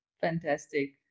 Fantastic